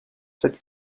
faites